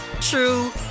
true